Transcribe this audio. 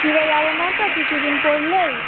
ছিঁড়ে যাবে না তো কিছু দিন পরলেই